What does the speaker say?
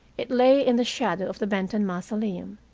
it lay in the shadow of the benton mausoleum.